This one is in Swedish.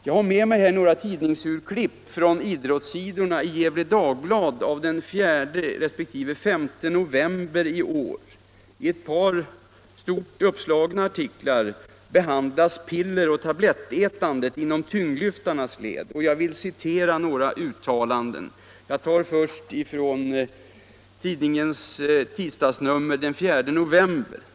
Jag har här med mig några tidningsurklipp från idrottssidorna i Gefle Dagblad av den 4 resp. 5 november i år. I ett par stort uppslagna artiklar behandlas pilleroch tablettätandet inom tyngdlyftarnas led. Jag vill citera några uttalanden, och jag börjar med att läsa ur tidningens tisdagsnummer den 4 november.